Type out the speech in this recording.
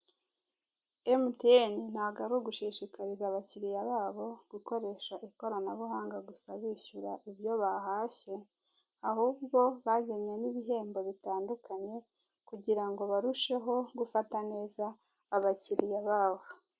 Emutiyeni ntabwo ari ugushishikariza abakiriya babo gukoresha ikoranabuhanga gusa bishyura ibyo bahashye, ahubwo bazanye n'ibihembo bitandukanye kugira ngo barusheho gufata neza abakiriya babo.